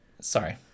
sorry